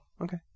okay